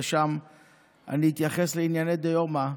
ושם אני אתייחס לענייני דיומא.